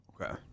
Okay